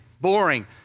boring